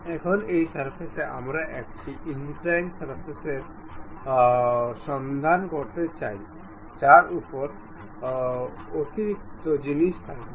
এখন এই সারফেসে আমরা একটি ইনক্লাইন্ড সারফেসের সন্ধান করতে চাই যার উপর অতিরিক্ত জিনিস থাকবে